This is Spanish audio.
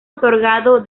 otorgado